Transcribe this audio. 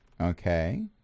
okay